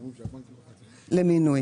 למינוי.